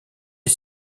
est